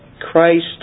Christ